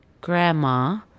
grandma